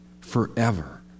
forever